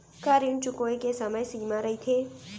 का ऋण चुकोय के समय सीमा रहिथे?